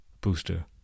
booster